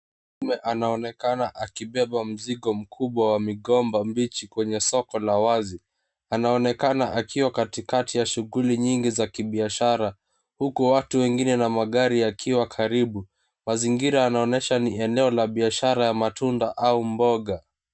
Mwanaume anaonekana akibeba mzigo mkubwa wa migomba mbichi kwenye soko la wazi. Anaonekana akiwa katikati ya shughuli nyingi za kibiashara, huku watu wengine na magari yakiwa karibu. Mazingira yanaonyesha ni eneo la biashara ya matunda au mboga.